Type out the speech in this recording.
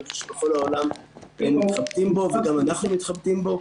שבכל העולם מתחבטים בו וגם אנחנו מתחבטים בו.